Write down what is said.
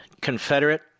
Confederate